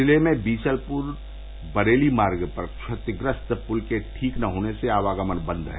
जिले में बीसलपुर बरेली मार्ग पर क्षतिग्रस्त पुल के ठीक न होने से आवागमन बंद है